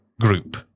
group